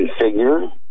configure